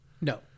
No